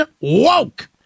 woke